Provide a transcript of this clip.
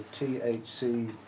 THC